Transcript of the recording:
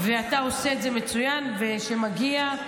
ואתה עושה את זה מצוין, וכשמגיע,